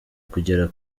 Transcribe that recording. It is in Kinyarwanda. kugera